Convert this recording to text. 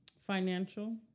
financial